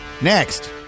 Next